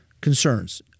concerns